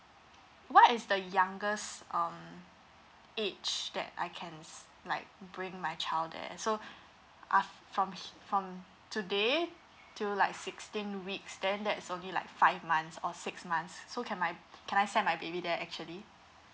what is the youngest um age that I can like bring my child there so af~ from from today to like sixteen weeks then that's only like five months or six months so can I can I send my baby there actually